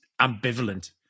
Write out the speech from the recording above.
ambivalent